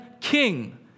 King